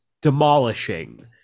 demolishing